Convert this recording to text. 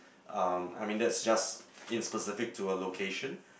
um I mean that's just in specific to a location